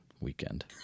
weekend